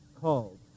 called